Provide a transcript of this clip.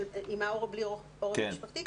לגבי עם או בלי ה"בלי עורף משפחתי"?